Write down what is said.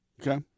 Okay